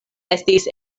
estis